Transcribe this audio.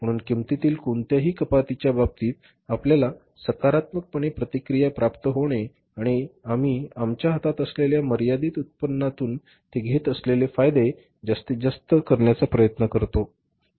म्हणून किंमतीतील कोणत्याही कपातीच्या बाबतीत आपल्याला सकारात्मकपणे प्रतिक्रिया प्राप्त होते आणि आम्ही आमच्या हातात असलेल्या मर्यादित उत्पन्नातून ते घेत असलेले फायदे जास्तीत जास्त करण्याचा प्रयत्न करतो